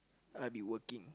I'll be working